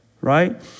right